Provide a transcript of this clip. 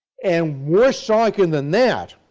and worse ah like and than that,